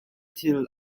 thil